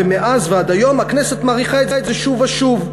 ומאז ועד היום הכנסת מאריכה את זה שוב ושוב.